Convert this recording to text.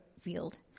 field